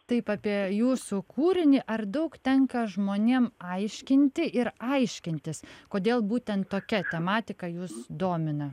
taip apie jūsų kūrinį ar daug tenka žmonėm aiškinti ir aiškintis kodėl būtent tokia tematika jus domina